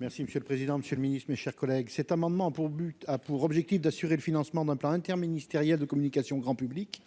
Merci monsieur le président, Monsieur le Ministre, mes chers collègues, cet amendement pour but a pour objectif d'assurer le financement d'un plan interministériel de communication grand public,